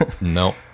no